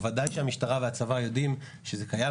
שבוודאי שהמשטרה והצבא יודעים שזה קיים.